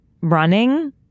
running